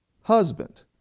husband